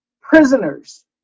prisoners